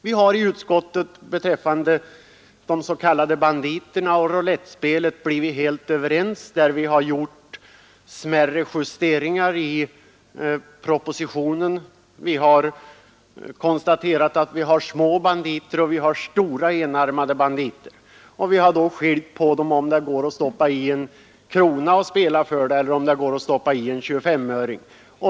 Vi har i utskottet blivit helt överens beträffande de s.k. enarmade banditerna och roulettspelet men har gjort smärre justeringar i förhållande till propositionen. Utskottet har konstaterat att det finns både stora och små enarmade banditer. Vissa är avsedda för spel med enkronor och andra för 25-öringar.